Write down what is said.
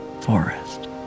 forest